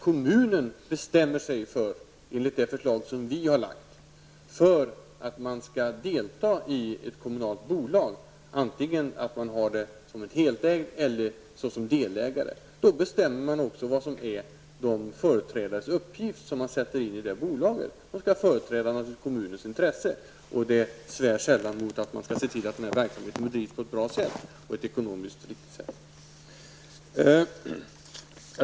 Kommunen bestämmer sig -- enligt det förslag som vi har lagt -- för att man skall delta i ett kommunalt bolag, antingen man har det som helägt eller man är delägare. Då bestämmer man också vad uppgiften är för de företrädare som man sätter in i bolaget. De skall naturligtvis företräda kommunens intressen. Det svär sällan emot att man skall se till att verksamheten bedrivs på ett bra och ekonomiskt riktigt sätt.